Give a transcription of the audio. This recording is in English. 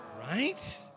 Right